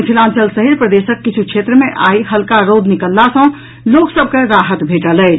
मिथिलांचल सहित प्रदेशक किछू क्षेत्र मे आइ हल्का रौद निकलला सॅ लोक सभ के राहत भेटल अछि